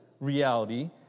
reality